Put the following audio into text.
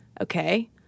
Okay